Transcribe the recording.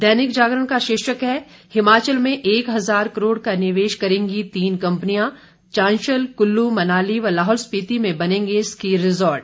दैनिक जागरण का शीर्षक है हिमाचल में एक हज़ार करोड़ का निवेश करेंगी तीन कंपनियां चांशल कुल्लू मनाली व लाहौल स्पीति में बनेंगे स्की रिजॉर्ट